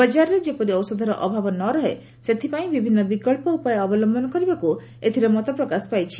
ବଜାରରେ ଯେପରି ଔଷଧର ଅଭାବ ନ ରହେ ସେଥିପାଇଁ ବିଭିନ୍ନ ବିକଳ୍ପ ଉପାୟ ଅବଲମ୍ଭନ କରିବାକୁ ଏଥିରେ ମତପ୍ରକାଶ ପାଇଛି